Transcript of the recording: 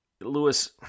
Lewis